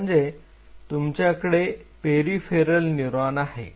ते म्हणजे तुमच्याकडे पेरिफेरल न्यूरॉन आहे